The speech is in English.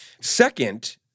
second